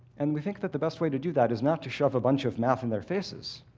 and we think that the best way to do that is not to shove a bunch of math in their faces.